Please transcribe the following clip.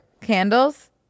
Candles